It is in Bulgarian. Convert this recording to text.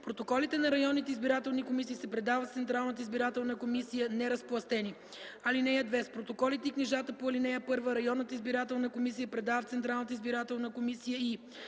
Протоколите на районните избирателни комисии се предават в Централната избирателна комисия неразпластени. (2) С протоколите и книжата по ал. 1 районната избирателна комисия предава в Централната избирателна комисия и: